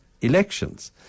elections